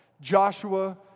Joshua